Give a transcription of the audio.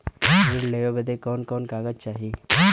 ऋण लेवे बदे कवन कवन कागज चाही?